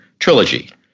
Trilogy